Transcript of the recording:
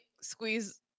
squeeze